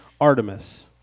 Artemis